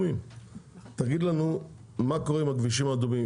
מה קורה עם הכבישים האדומים?